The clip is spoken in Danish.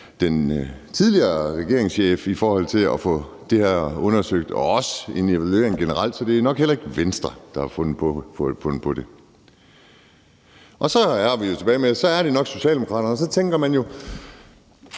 den tidligere regeringschef og i forhold til at få det her undersøgt og også til at få en evaluering generelt. Så det er nok heller ikke Venstre, der har fundet på det. Så er vi tilbage ved, at det nok er Socialdemokraterne, og så tænker man jo,